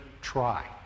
try